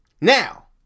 Now